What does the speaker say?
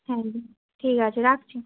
হ্যাঁ দিদি ঠিক আছে রাখছি